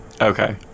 Okay